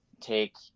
take